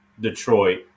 Detroit